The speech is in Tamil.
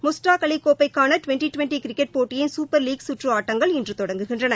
முஸ்டாக் அலி கோப்பைக்கான டிவென்டி டிவென்டி கிரிக்கெட் போட்டியின் சூப்பர் லீக் கற்று ஆட்டங்கள் இன்று தொடங்குகின்றன